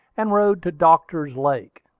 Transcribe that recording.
and rode to doctor's lake.